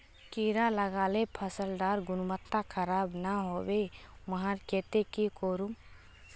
कीड़ा लगाले फसल डार गुणवत्ता खराब ना होबे वहार केते की करूम?